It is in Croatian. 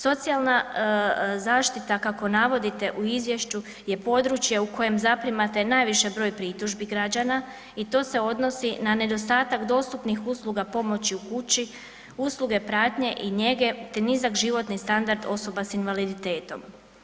Socijalna zaštita kako navodite u izvješću je područje u koje zaprimate najviše broj pritužbi građana i to se odnosi na nedostatak dostupnih usluga pomoć u kući, usluge pratnje i njege te niza životni standard osoba sa invaliditetom.